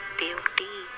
beauty